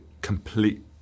complete